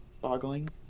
boggling